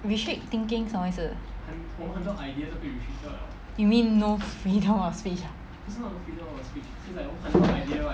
restrict thinking 什么意思 you mean no freedom of speech ah